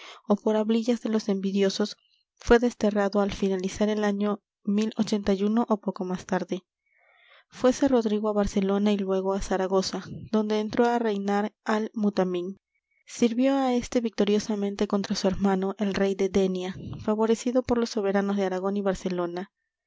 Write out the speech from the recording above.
ó por hablillas de los envidiosos fué desterrado al finalizar el año o poco más tarde fuése rodrigo á barcelona y luégo á zaragoza donde entró á reinar al mutamin sirvió á éste victoriosamente contra su hermano el rey de denia favorecido por los soberanos de aragón y barcelona